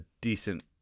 decent